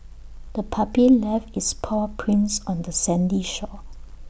the puppy left its paw prints on the sandy shore